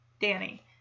Danny